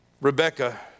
Rebecca